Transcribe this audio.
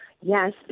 Yes